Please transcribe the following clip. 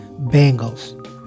Bengals